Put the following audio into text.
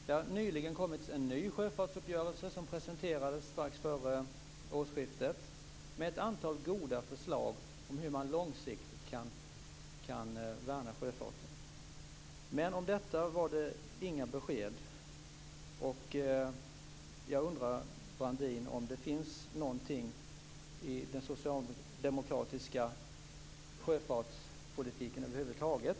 Det har nyligen kommit en ny sjöfartsuppgörelse - den presenterades strax före årsskiftet - med ett antal goda förslag om hur man långsiktigt kan värna sjöfarten. Men om detta var det inga besked. Jag undrar om det finns någonting i den socialdemokratiska sjöfartspolitiken över huvud taget.